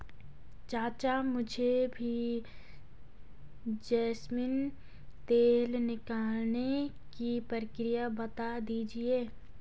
चाचा मुझे भी जैस्मिन तेल निकालने की प्रक्रिया बता दीजिए